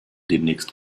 demnächst